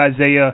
Isaiah